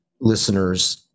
listeners